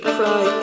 Cry